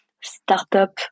startup